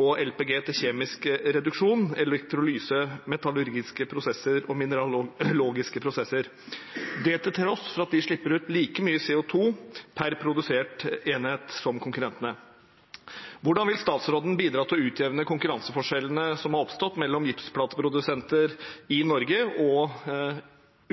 og LPG til kjemisk reduksjon, elektrolyse, metallurgiske prosesser og mineralogiske prosesser – dette til tross for at de slipper ut like mye CO 2 per produsert enhet. Hvordan vil statsråden bidra til å utjevne konkurranseforskjellene som har oppstått mellom gipsplateprodusenter i og